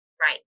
Right